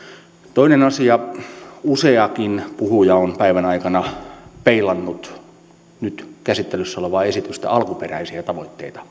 toinen asia useakin puhuja on päivän aikana peilannut nyt käsittelyssä olevaa esitystä alkuperäisiä tavoitteita